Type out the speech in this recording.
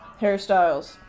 Hairstyles